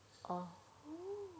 orh